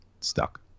stuck